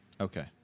Okay